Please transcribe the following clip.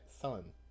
Sun